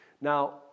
Now